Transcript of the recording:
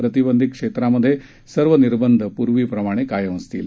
प्रतिबंधित क्षेत्रात सर्व निर्बंध पर्वीप्रमाणे कायम असतील